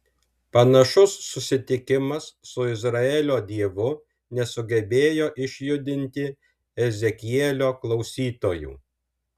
panašus susitikimas su izraelio dievu nesugebėjo išjudinti ezekielio klausytojų